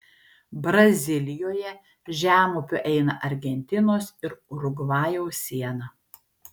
brazilijoje žemupiu eina argentinos ir urugvajaus siena